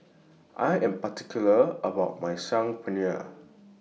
I Am particular about My Saag Paneer